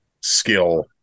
skill